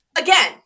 again